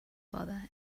father